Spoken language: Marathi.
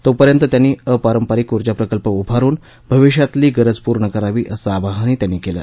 तोपर्यंत त्यांनी अपांरपरिक ऊर्जा प्रकल्प उभारुन भविष्यातली गरज पूर्ण करावी असं आवाहनही केलं